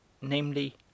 namely